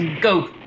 go